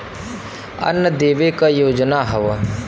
अन्न देवे क योजना हव